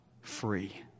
free